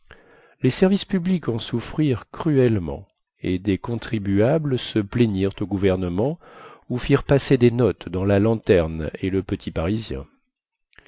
les services publics en souffrirent cruellement et des contribuables se plaignirent au gouvernement où firent passer des notes dans la lanterne et le petit parisien